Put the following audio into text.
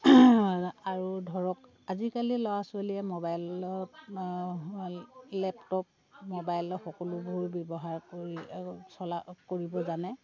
আৰু ধৰক আজিকালি ল'ৰা ছোৱালীয়ে মবাইলত লেপটপ মবাইলত সকলোবোৰ ব্যৱহাৰ কৰি চলা কৰিব জানে